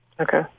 Okay